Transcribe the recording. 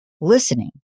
Listening